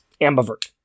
Ambivert